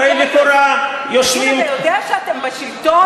הרי לכאורה יושבים, תגיד, אתה יודע שאתם בשלטון?